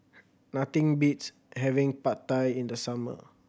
nothing beats having Pad Thai in the summer